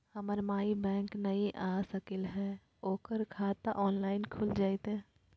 हमर माई बैंक नई आ सकली हई, ओकर खाता ऑनलाइन खुल जयतई?